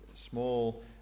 small